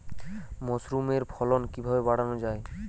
মাসরুমের ফলন কিভাবে বাড়ানো যায়?